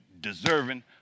deserving